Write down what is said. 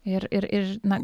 ir ir ir na